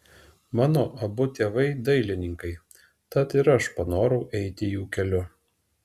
mano abu tėvai dailininkai tad ir aš panorau eiti jų keliu